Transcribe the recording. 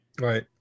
Right